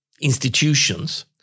institutions